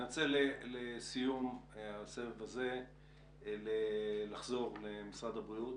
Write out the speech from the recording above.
אני רוצה לסיום הסבב הזה לחזור למשרד הבריאות,